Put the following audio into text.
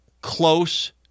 close